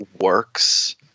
works